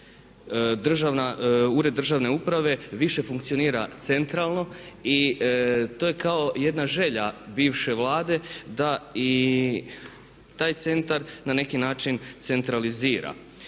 ured državne uprave više funkcionira centralo i to je kao jedna želja bivše Vlade da i taj centar na neki način centralizira.